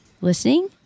listening